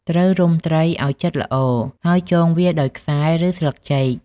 ត្រូវរុំត្រីឲ្យជិតល្អ ហើយចងវាដោយខ្សែ ឬស្លឹកចេក។